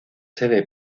sede